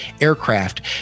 aircraft